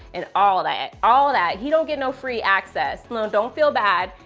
and all that. all that. he don't get no free access. no, don't feel bad.